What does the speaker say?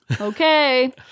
okay